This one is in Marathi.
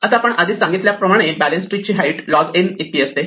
आता आपण आधीच सांगितल्याप्रमाणे बॅलन्स ट्री ची हाईट लॉग n इतकी असते